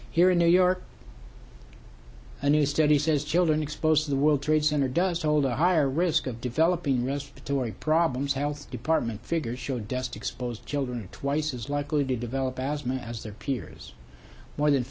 in new york a new study says children exposed to the world trade center does hold a higher risk of developing respiratory problems health department figures show dest exposed children twice as likely to develop asthma as their peers more than